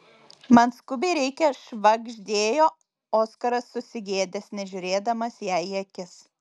man skubiai reikia švagždėjo oskaras susigėdęs nežiūrėdamas jai į akis